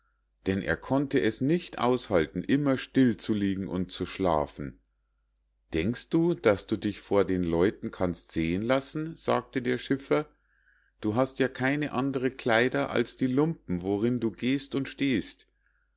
denn er konnte es nicht aushalten immer still zu liegen und zu schlafen denkst du daß du dich vor den leuten kannst sehen lassen sagte der schiffer du hast ja keine andre kleider als die lumpen worin du gehst und stehst